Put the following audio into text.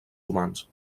humans